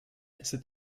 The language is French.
cet